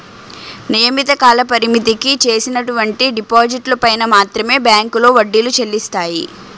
నియమిత కాలపరిమితికి చేసినటువంటి డిపాజిట్లు పైన మాత్రమే బ్యాంకులో వడ్డీలు చెల్లిస్తాయి